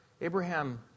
Abraham